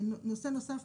נושא נוסף,